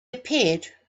appeared